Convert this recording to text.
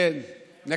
לא צריך לצאת לבחירות.